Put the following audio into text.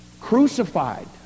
crucified